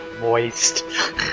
moist